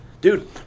Dude